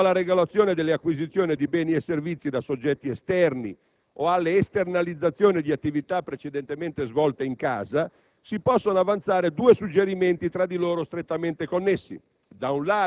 Quanto alla regolazione delle acquisizioni di beni e servizi da soggetti esterni o alle esternalizzazioni di attività precedentemente svolte «in casa», si possono avanzare due suggerimenti, tra di loro strettamente connessi: